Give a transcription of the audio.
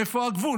איפה הגבול?